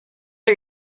are